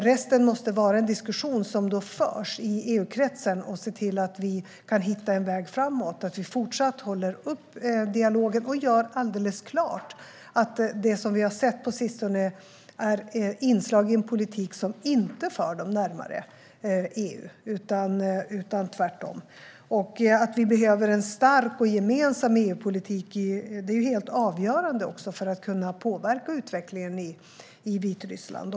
Resten måste vara en diskussion som förs i EU-kretsen, där vi ska se till att hitta en väg framåt. Vi ska även fortsättningsvis hålla dialogen uppe och göra alldeles klart att det vi har sett på sistone är inslag i en politik som inte för Vitryssland närmare EU, utan tvärtom. Vi behöver en stark och gemensam EU-politik; det är helt avgörande för att kunna påverka utvecklingen i Vitryssland.